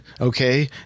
okay